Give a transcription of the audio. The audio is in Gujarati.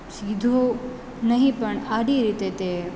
સીધો નહીં પણ આડી રીતે તે